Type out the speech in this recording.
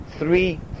three